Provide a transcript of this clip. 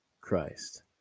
christ